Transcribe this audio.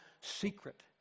secret